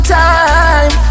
time